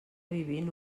vivint